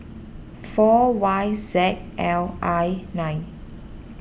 four Y Z L I nine